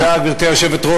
תודה, גברתי היושבת-ראש.